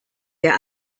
der